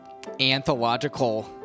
anthological